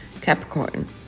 Capricorn